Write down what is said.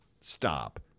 Stop